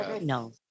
No